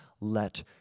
let